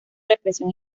represión